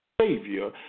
Savior